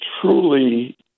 truly